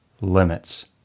limits